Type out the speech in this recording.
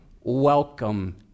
welcome